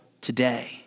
today